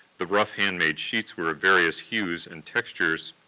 the rough handmade sheets were of various hues and textures,